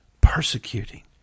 persecuting